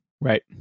Right